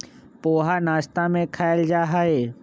पोहा नाश्ता में खायल जाहई